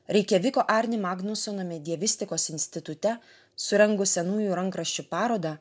reikjaviko arni magnusono medievistikos institute surengus senųjų rankraščių parodą